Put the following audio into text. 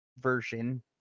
version